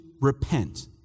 repent